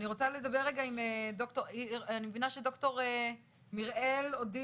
אני מבינה שד"ר מריאל אודיל,